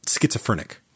schizophrenic